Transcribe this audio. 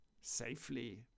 safely